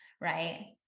right